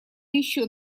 еще